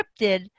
scripted